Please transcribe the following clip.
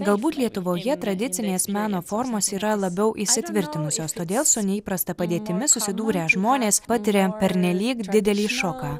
galbūt lietuvoje tradicinės meno formos yra labiau įsitvirtinusios todėl su neįprasta padėtimi susidūrę žmonės patiria pernelyg didelį šoką